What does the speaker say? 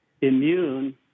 immune